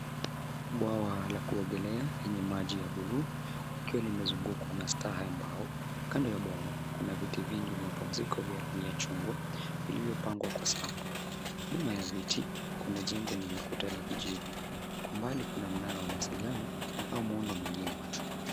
Bwawa la kuogelea lenye maji ya buluu ikiwa limezungukwa na staha ya mbao . Kando ya bwawa, kuna viti vingi vya mapumziko vya rangi ya chungwa, vilivyopangwa kwa safu . Nyuma ya viti, kuna jengo lenye kuta la kijivu. Kwa mbali kuna mnara wa mawasiliano au muundo mwingine wa chuma.